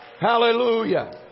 Hallelujah